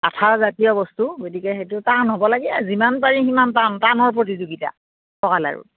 আঠাজাতীয় বস্তু গতিকে সেইটো টান হ'ব লাগে আৰু যিমান পাৰি সিমান টান টান হোৱাৰ প্ৰতিযোগীতা পকা লাৰু